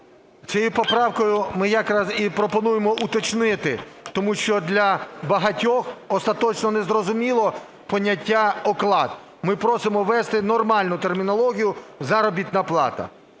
Цією поправкою ми якраз і пропонуємо уточнити, тому що для багатьох остаточно незрозуміло поняття "оклад". Ми просимо ввести нормальну термінологію "заробітна плата".